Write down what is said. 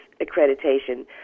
accreditation